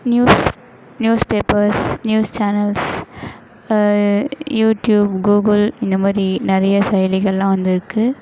news newspapers news channels YouTube Google இந்த மாதிரி நிறைய செயலிகளெலாம் வந்துருக்குது